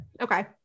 Okay